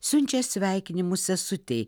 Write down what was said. siunčia sveikinimus sesutei